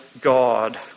God